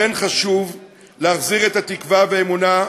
חשוב להחזיר את התקווה והאמונה,